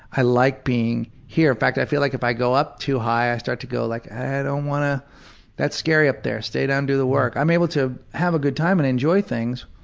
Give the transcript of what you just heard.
i like being here. in fact, i feel like if i go up too high, i start to go like, i don't want to that's scary up there. stay down and do the work. i'm able to have a good time and enjoy things,